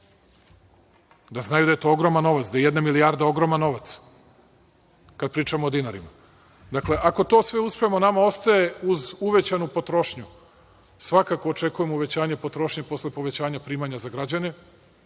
da znaju da je to ogroman novac, da je jedna milijarda ogroman novac kad pričamo o dinarima. Dakle, ako to sve uspemo, nama ostaje uz uvećanu potrošnju, svakako očekujemo uvećanje potrošnje posle povećanja primanja za građane